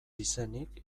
izenik